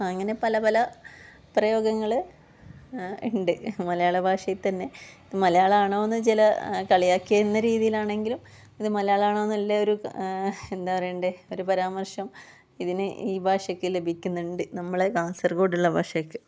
ആ അങ്ങനെ പല പല പ്രയോഗങ്ങള് ഉണ്ട് മലയാള ഭാഷയിൽ തന്നെ ഇപ്പം മലയാളാണോന്ന് വെച്ചാല് കളിയാക്കിയെന്ന രീതിയിലാണെങ്കിലും അത് മലയാളമാണൊന്നു എല്ലാവരും എന്താ പറയണ്ടെ ഒര് പരാമർശം ഇതിന് ഈ ഭാഷയ്ക്ക് ലഭിക്കുന്നുണ്ട് നമ്മളെ കാസർകോടുള്ള ഭാഷയ്ക്ക്